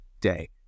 day